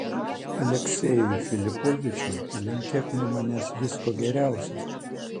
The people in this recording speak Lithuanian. aleksejui filipovičiui palinkėk nuo manęs visko geriausio